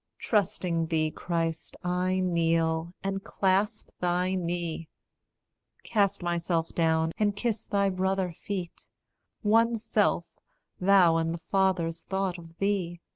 trusting thee, christ, i kneel, and clasp thy knee cast myself down, and kiss thy brother-feet one self thou and the father's thought of thee!